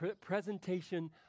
presentation